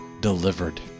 delivered